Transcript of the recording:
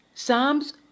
Psalms